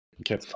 Okay